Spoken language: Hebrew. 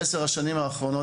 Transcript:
בעשר השנים האחרונות,